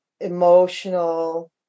emotional